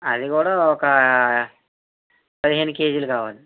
అవి కూడా ఒక పదిహేను కేజీలు కావాలి